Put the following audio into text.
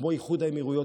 כמו איחוד האמירויות,